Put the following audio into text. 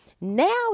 Now